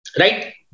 Right